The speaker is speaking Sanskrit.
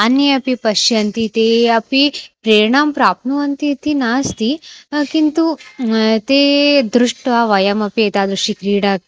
अन्ये अपि पश्यन्ति ते अपि प्रेरणां प्राप्नुवन्ति इति नास्ति किन्तु ते दृष्ट्वा वयमपि एतादृशीं क्रीडां